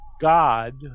God